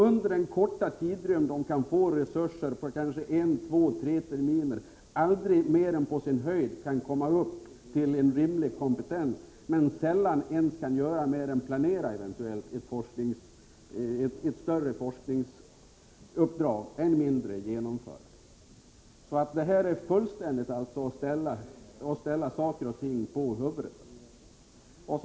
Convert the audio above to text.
Under den korta tidrymd som de kan få resurser till, kanske en, två eller tre terminer, kan de aldrig mer än på sin höjd komma upp till en rimlig kompetens. Sällan kan de göra mer än eventuellt planera ett större forskningsuppdrag, än mindre genomföra det. Det är att fullständigt ställa saker och ting på huvudet.